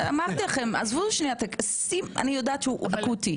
אמרתי לכם, עזבו שנייה, אני יודעת שהוא אקוטי.